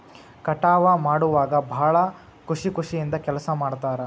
ಕಟಾವ ಮಾಡುವಾಗ ಭಾಳ ಖುಷಿ ಖುಷಿಯಿಂದ ಕೆಲಸಾ ಮಾಡ್ತಾರ